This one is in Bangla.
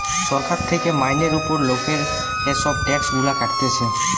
সরকার থেকে মাইনের উপর লোকের এসব ট্যাক্স গুলা কাটতিছে